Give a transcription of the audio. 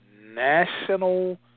national